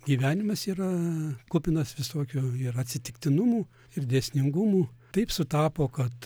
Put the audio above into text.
gyvenimas yra kupinas visokių ir atsitiktinumų ir dėsningumų taip sutapo kad